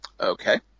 Okay